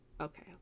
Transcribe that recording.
Okay